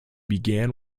began